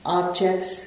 objects